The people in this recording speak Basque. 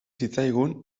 zitzaigun